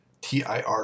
TIR